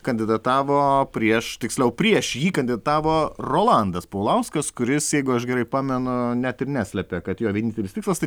kandidatavo prieš tiksliau prieš jį kandidatavo rolandas paulauskas kuris jeigu aš gerai pamenu net ir neslėpė kad jo vienintelis tikslas tai